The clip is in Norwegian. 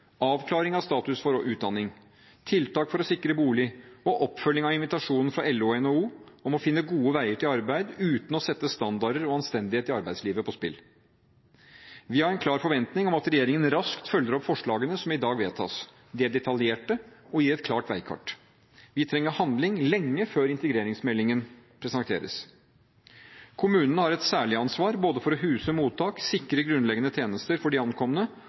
avklaring av status for utdanning, tiltak for å sikre bolig og oppfølging av invitasjonen fra LO og NHO om å finne gode veier til arbeid uten å sette standarder og anstendighet i arbeidslivet på spill. Vi har en klar forventning om at regjeringen raskt følger opp forslagene som i dag vedtas. De er detaljerte og gir et klart veikart. Vi trenger handling lenge før integreringsmeldingen presenteres. Kommunene har et særlig ansvar for både å huse mottak og å sikre grunnleggende tjenester for de ankomne